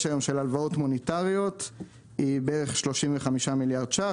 היום של הלוואות מוניטריות היא בערך 35 מיליארד ₪,